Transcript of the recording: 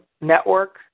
network